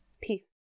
Peace